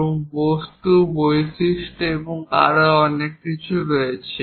এবং বস্তু বৈশিষ্ট্য এবং আরও অনেক কিছু রয়েছে